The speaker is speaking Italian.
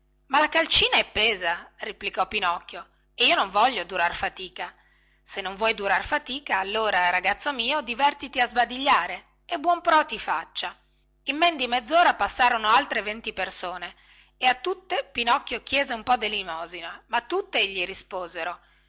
ma la calcina è pesa replicò pinocchio e io non voglio durar fatica se non vuoi durar fatica allora ragazzo mio divertiti a sbadigliare e buon pro ti faccia in men di mezzora passarono altre venti persone e a tutte pinocchio chiese un po delemosina ma tutte gli risposero